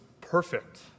perfect